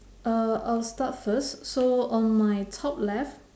uh I'll start first so on my top left